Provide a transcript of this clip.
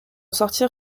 sortir